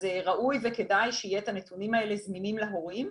אז ראוי וכדאי שיהיו את הנתונים האלה זמינים להורים.